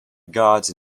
gods